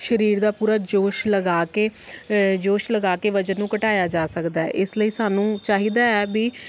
ਸਰੀਰ ਦਾ ਪੂਰਾ ਜੋਸ਼ ਲਗਾ ਕੇ ਜੋਸ਼ ਲਗਾ ਕੇ ਵਜ਼ਨ ਨੂੰ ਘਟਾਇਆ ਜਾ ਸਕਦਾ ਹੈ ਇਸ ਲਈ ਸਾਨੂੰ ਚਾਹੀਦਾ ਹੈ ਵੀ